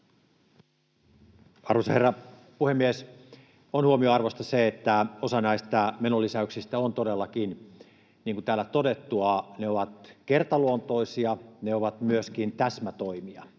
Arvoisa herra puhemies! On huomionarvoista se, että osa näistä menolisäyksistä on todellakin, niin kuin täällä on todettu, kertaluontoisia. Ne ovat myöskin täsmätoimia,